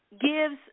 gives